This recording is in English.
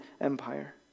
Empire